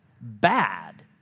bad